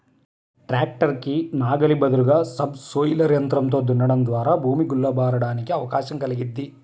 tractor కి నాగలి బదులుగా సబ్ సోయిలర్ యంత్రంతో దున్నడం ద్వారా భూమి గుల్ల బారడానికి అవకాశం కల్గిద్ది